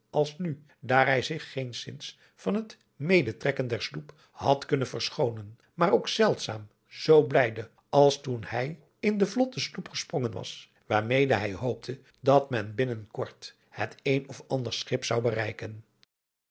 als nu daar hij zich geenszins van het medetrekken der sloep had kunnen verschoonen maar ook zeldzaam zoo blijde als toen hij in de vlotte sloep gesprongen was waarmede hij hoopte dat men binnen kort het een of ander schip zou bereiken